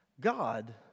God